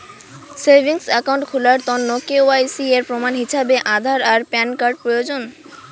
savings account খুলার তন্ন KYC এর প্রমাণ হিছাবে আধার আর প্যান কার্ড প্রয়োজন